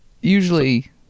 usually